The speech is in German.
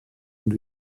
und